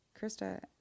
Krista